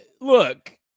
look